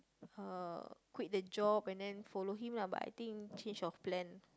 uh quit the job and then follow him lah but I think change of plan